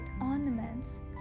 ornaments